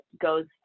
goes